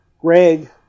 Greg